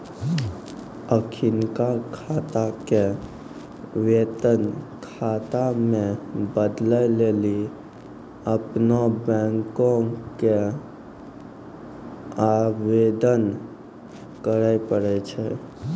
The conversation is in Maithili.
अखिनका खाता के वेतन खाता मे बदलै लेली अपनो बैंको के आवेदन करे पड़ै छै